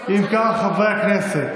אם כך, חברי הכנסת,